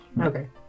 Okay